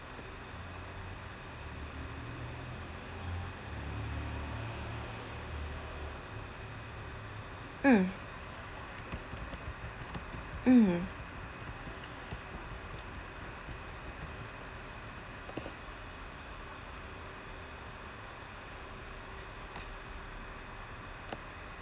mm mm